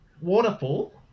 waterfall